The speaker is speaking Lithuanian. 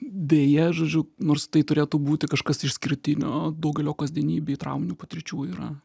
deja žodžiu nors tai turėtų būti kažkas išskirtinio daugelio kasdienybėj trauminių patirčių yra